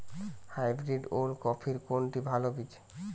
Hybrid ওল কপির কোনটি ভালো বীজ?